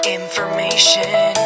information